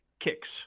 kicks